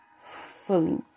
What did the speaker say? fully